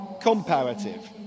comparative